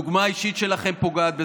הדוגמה האישית שלכם פוגעת בזה.